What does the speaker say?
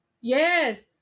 Yes